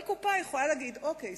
כל קופה יכולה להגיד: אוקיי,